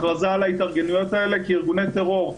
הכרזה על ההתארגנויות האלה כארגוני טרור,